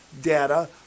data